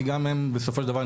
כי גם הן בסופו של דבר,